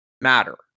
matter